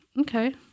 okay